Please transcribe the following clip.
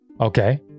Okay